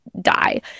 die